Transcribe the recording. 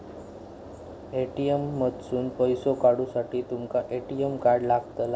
ATM मधसून पैसो काढूसाठी तुमका ए.टी.एम कार्ड लागतला